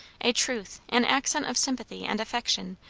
a truth, an accent of sympathy and affection,